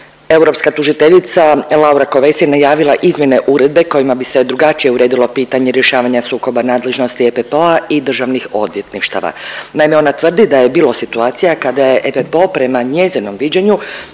europska tužiteljica Lura Kövesi najavila izmjene uredbe kojima se drugačije uredilo pitanje rješavanja sukoba nadležnosti EPPO-a i državnih odvjetništava. Naime, ona tvrdi da je bilo situacija kada je EPPO prema njezinom viđenju